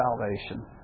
salvation